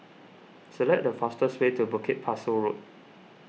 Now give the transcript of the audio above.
select the fastest way to Bukit Pasoh Road